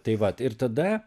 tai vat ir tada